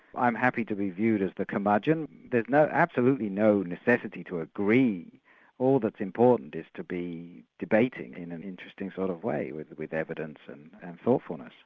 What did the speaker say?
i'm happy to be viewed as the curmudgeon, there's absolutely no necessity to agree all that's important is to be debating in an interesting sort of way with with evidence and and thoughtfulness.